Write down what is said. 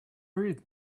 read